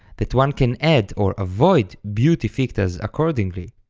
that one can add or avoid beauty fictas accordingly.